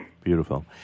Beautiful